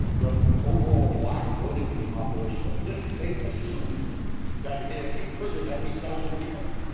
the overall black voting age population of the district. they assumed that if a prison had eight thousand people,